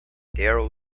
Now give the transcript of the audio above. darryl